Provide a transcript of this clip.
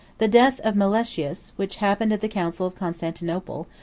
the death of meletius, which happened at the council of constantinople,